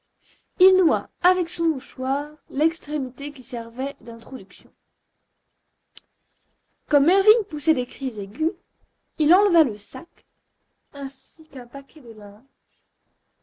il noua avec son mouchoir l'extrémité qui servait d'introduction comme mervyn poussait des cris aigus il enleva le sac ainsi qu'un paquet de linges